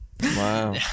Wow